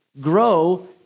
Grow